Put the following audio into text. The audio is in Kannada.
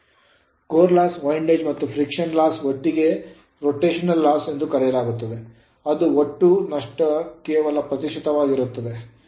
Core loss ಪ್ರಮುಖ ನಷ್ಟ windage ಗಾಳಿ ಮತ್ತು friction loss ಘರ್ಷಣೆ ನಷ್ಟ ಒಟ್ಟಿಗೆ rotational loss ತಿರುಗುವ ನಷ್ಟ ಎಂದು ಕರೆಯಲಾಗುತ್ತದೆ ಅದು ಒಟ್ಟು ನಷ್ಟದ ಕೆಲವು ಪ್ರತಿಶತವಾಗಿರುತ್ತದೆ